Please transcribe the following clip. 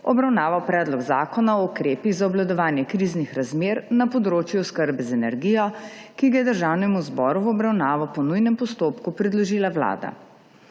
obravnaval Predlog zakona o ukrepih za obvladovanje kriznih razmer na področju oskrbe z energijo, ki ga je Državnemu zboru v obravnavo po nujnem postopku predložila Vlada.